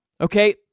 Okay